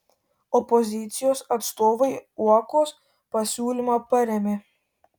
opozicijos atstovai uokos pasiūlymą parėmė